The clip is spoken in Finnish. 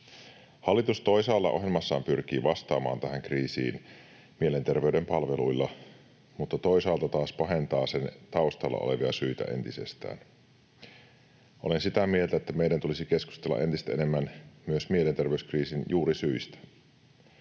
Hallitus toisaalla ohjelmassaan pyrkii vastaamaan tähän kriisiin mielenterveyden palveluilla, mutta toisaalta taas pahentaa sen taustalla olevia syitä entisestään. Olen sitä mieltä, että meidän tulisi keskustella entistä enemmän myös mielenterveyskriisin juurisyistä.